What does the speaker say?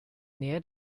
nähe